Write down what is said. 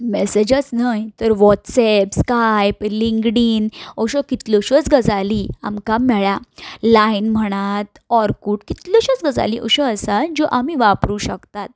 मॅसेजच न्हय तर WhatsApp Skype LinkedIn अश्यो कितल्योश्योच गजाली आमकां मेळा लायन म्हणात ऑरकूट कितल्योश्योच गजाली अश्यो आसात ज्यो वापरूंक शकतात